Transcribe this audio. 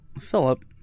philip